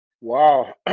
Wow